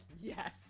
yes